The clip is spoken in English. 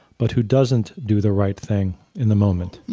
but who doesn't do the right thing in the moment? yeah.